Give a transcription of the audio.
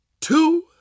two